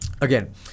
Again